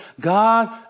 God